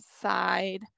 side